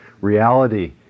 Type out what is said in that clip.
reality